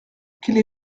quelle